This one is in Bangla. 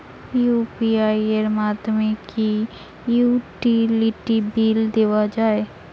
ইউ.পি.আই এর মাধ্যমে কি ইউটিলিটি বিল দেওয়া যায়?